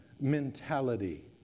mentality